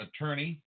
attorney